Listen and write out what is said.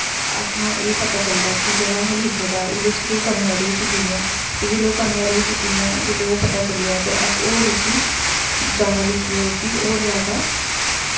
अपना एह् पता चलदा कि जेह्ड़ा असें लिखे दा ऐ ओह्दे च केह् कमियां रेही चुकी दियां ते जे ओह् कमियां रेही चुकी दियां जेल्लै ओह् पता चली आ ते अस होर उसी जादा लिखियै उसी होर जादा